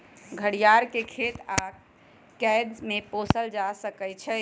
घरियार के खेत आऽ कैद में पोसल जा सकइ छइ